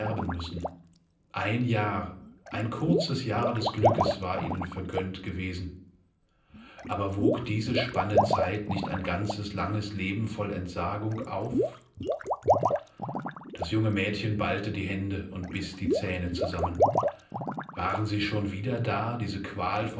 ein jahr ein kurzes jahr des glückes war ihnen vergönnt gewesen aber wog diese spanne zeit nicht ein ganzes langes leben voll entsagung auf das junge mädchen ballte die hände und biß die zähne zusammen waren sie schon wieder da diese qualvollen